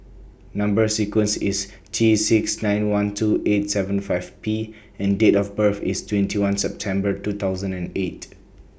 Number sequence IS T six nine one two eight seven five P and Date of birth IS twenty one September two thousand and eight